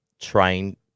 trying